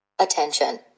Attention